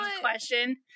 question